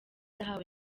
yahawe